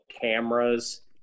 cameras